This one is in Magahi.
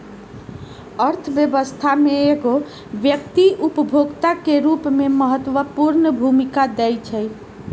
अर्थव्यवस्था में एगो व्यक्ति उपभोक्ता के रूप में महत्वपूर्ण भूमिका दैइ छइ